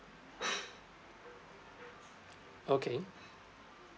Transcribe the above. okay